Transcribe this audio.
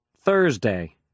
Thursday